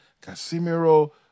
Casimiro